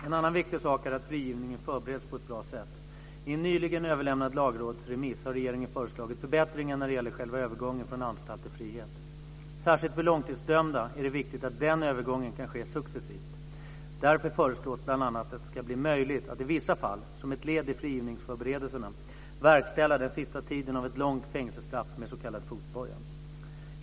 En annan viktig sak är att frigivningen förbereds på ett bra sätt. I en nyligen överlämnad lagrådsremiss har regeringen föreslagit förbättringar när det gäller själva övergången från anstalt till frihet. Särskilt för långtidsdömda är det viktigt att den övergången kan ske successivt. Därför föreslås bl.a. att det ska bli möjligt att i vissa fall - som ett led i frigivningsförberedelserna - verkställa den sista tiden av ett långt fängelsestraff med s.k. fotboja.